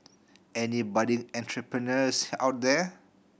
any budding entrepreneurs out there